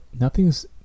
nothing's